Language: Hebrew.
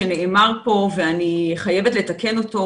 שנאמר פה ואני חייבת לתקן אותו.